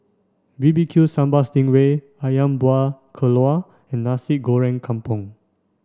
B B Q Sambal Sting Ray Ayam Buah Keluak and Nasi Goreng Kampung